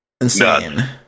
insane